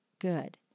good